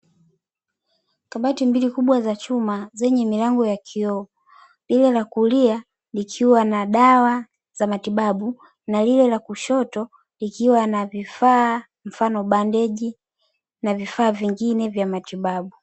Kabati mbili za chuma zenye milango ya kioo lile la kulia likiwa na dawa za matibabu na lile la kushoto likiwa na vifaa mfano bandeji na vifaa vingine vya matibabu.